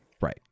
Right